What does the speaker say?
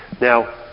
Now